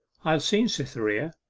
i have seen cytherea,